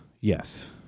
Yes